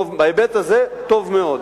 בהיבט הזה, טוב מאוד.